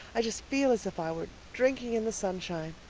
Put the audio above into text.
i just feel as if i were drinking in the sunshine.